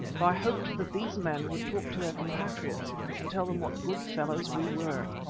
for i hoped that these men would talk to their compatriots and tell them what good fellows we were.